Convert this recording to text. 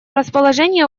расположения